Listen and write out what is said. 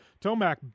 Tomac